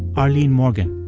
arlene morgan.